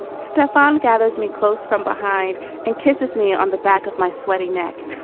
stefan gathers me close from behind and kisses me on the back of my sweaty neck.